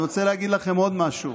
אני רוצה להגיד לכם עוד משהו.